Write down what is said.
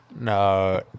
No